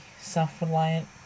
self-reliant